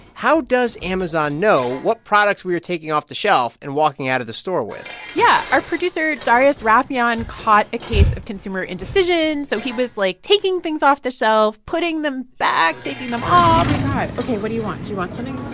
how does amazon know what products we were taking off the shelf and walking out of the store with? yeah. our producer darius rafieyan caught a case of consumer indecision. so he was, like, taking things off the shelf, putting them back, taking them off oh, my god. ok. what do you want? do you want something?